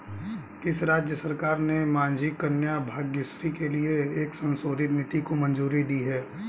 किस राज्य सरकार ने माझी कन्या भाग्यश्री के लिए एक संशोधित नीति को मंजूरी दी है?